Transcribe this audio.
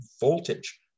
voltage